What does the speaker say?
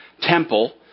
temple